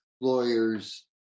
lawyers